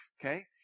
Okay